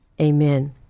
amen